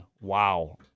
Wow